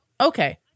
Okay